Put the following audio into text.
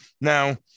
Now